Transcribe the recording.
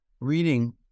reading